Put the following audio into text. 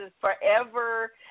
forever